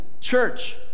church